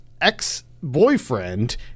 ex-boyfriend